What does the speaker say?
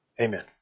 Amen